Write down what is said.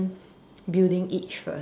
building each first